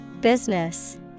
Business